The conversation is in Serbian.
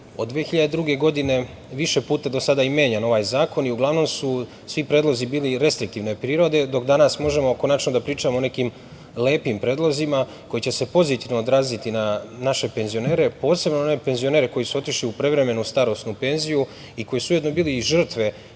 od 2002. godine više je puta do sada menjan ovaj zakon i uglavnom su svi predlozi bili restriktivne prirode, dok danas možemo konačno da pričamo o nekim lepim predlozima koji će se pozitivno odraziti na naše penzionere, posebno na one penzionere koji su otišli u prevremenu starosnu penziju i koji su ujedno bili žrtve